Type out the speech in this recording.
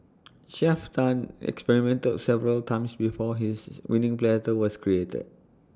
Chef Tan experimented several times before his winning platter was created